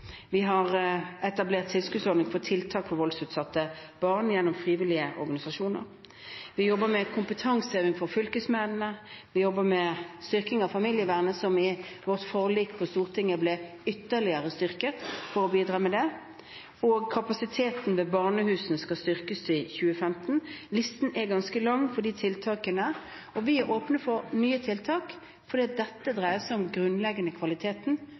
Vi har etablert en tilskuddsordning for tiltak for voldsutsatte barn gjennom frivillige organisasjoner. Vi jobber med kompetanseheving hos fylkesmennene. Vi jobber med styrking av familievernet, som i vårt forlik på Stortinget ble ytterligere styrket. Kapasiteten ved barnehusene skal styrkes i 2015. Listen med tiltak er ganske lang. Og vi er åpne for nye tiltak, for dette dreier seg om den grunnleggende kvaliteten